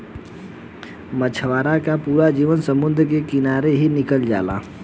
मछवारा के पूरा जीवन समुंद्र के किनारे ही निकल जाला